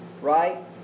right